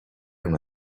una